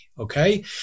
Okay